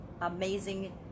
amazing